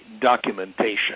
Documentation